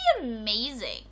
amazing